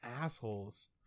assholes